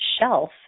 shelf